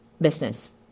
business